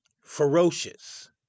ferocious